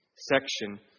section